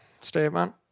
statement